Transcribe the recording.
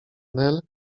nel